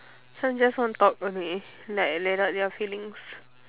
some just want talk only like let out their feelings